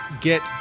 get